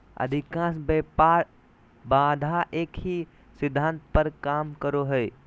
अधिकांश व्यापार बाधा एक ही सिद्धांत पर काम करो हइ